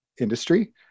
industry